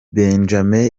benjame